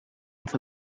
for